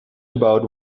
about